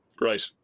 Right